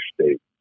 State